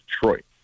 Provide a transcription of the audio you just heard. Detroit